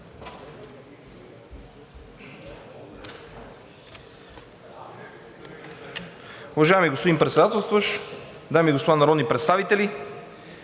Уважаеми господин Председател, дами и господа народни представители!